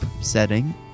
setting